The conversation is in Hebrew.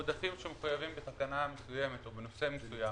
עודפים שמחויבים בתקנה מסוימת או בנושא מסוים